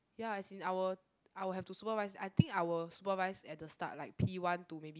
ya as in I will I will have to supervise I think I will supervise at the start like P-one to maybe